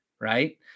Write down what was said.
right